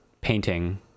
painting